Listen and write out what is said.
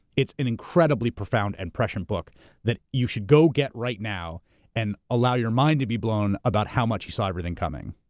it's an incredibly profound and prescient book that you should go get right now and allow your mind to be blown about how much he saw everything coming.